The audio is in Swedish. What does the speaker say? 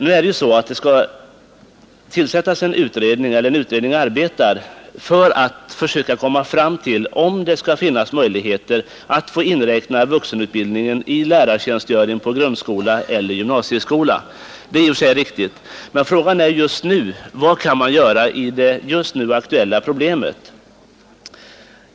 Nu är det ju så att en utredning arbetar med att försöka komma fram till om det skall finns möjligheter att få inräkna vuxenundervisningen i lärartjänstgöring på grundskola eller gymnasieskola. Det är i och för sig riktigt. Men frågan är just nu: Vad skall man göra i det aktuella problemet?